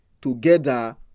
together